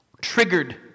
triggered